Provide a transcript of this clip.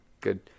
good